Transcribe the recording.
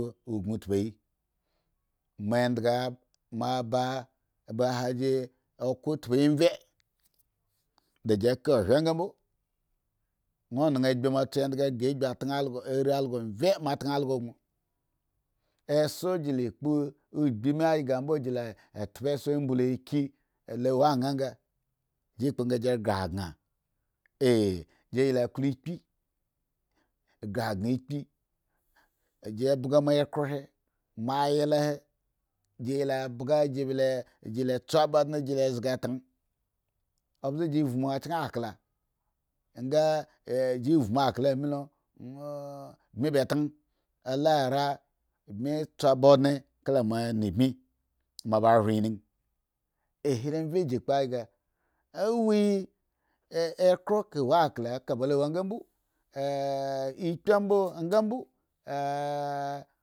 Uguu tyuyi mo endga mo ba ba ha ji oko tpyi vye dadi ka ohia nga mbo, won nenga ugbi tan algo ari algo vye mo tan algo gon. eso ji kpo ogbi mi ayga ji la tpe eso ambluchi da wo an nga ji kpo nga ji ghre agna la klo inpi ghre agna ikpi ji baa kuu by a mo ayla he jila tu ba adna jila zga tan obze ji vmu achen aldanga ji mu awla ami lo mbi ba tana le ra tsba odue kaka moiyinembi moba hru enring eh elo vy jipuawaa huhi akuu ka wo awa ka ba lowo anga mbo ikilo mbowe ngambo.